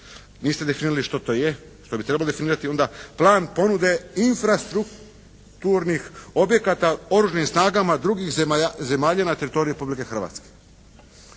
Niste definirali što to je, što bi trebalo definirati onda. Plan ponude infrastrukturnih objekata u Oružanim snagama drugih zemalja na teritoriju Republike Hrvatske.